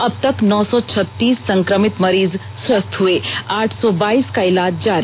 अबतक नौ सौ छत्तीस संक्रमित मरीज स्वस्थ हुए आठ सौ बाइस का इलाज जारी